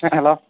sir hello